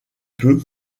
peu